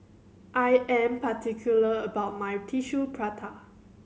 I am particular about my Tissue Prata